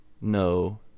no